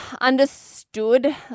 understood